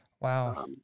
Wow